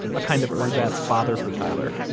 a kind of ersatz father for tyler,